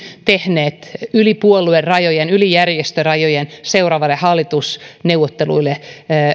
tehneet yli puoluerajojen yli järjestörajojen seuraaville hallitusneuvotteluille